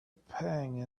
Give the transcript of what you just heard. pang